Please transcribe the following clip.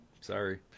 sorry